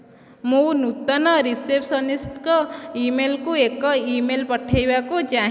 ମୁଁ ନୂତନ ରିସେପ୍ସନିଷ୍ଟଙ୍କ ଇମେଲକୁ ଏକ ଇମେଲ ପଠେଇବାକୁ ଚାହେଁ